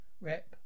Rep